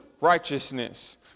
righteousness